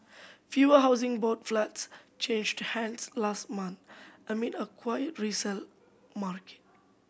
fewer Housing Board flats changed hands last month amid a quiet resale market